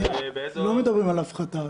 לא מדברים על הפחתה.